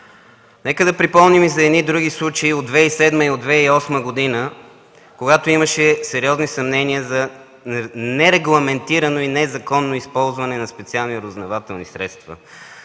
нека да припомним за други случаи от 2007 и 2008 г., когато имаше сериозни съмнения за нерегламентирано и незаконно използване на специални разузнавателни средства.